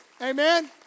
Amen